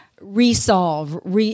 Resolve